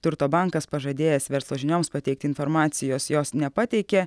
turto bankas pažadėjęs verslo žinioms pateikti informacijos jos nepateikė